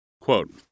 Quote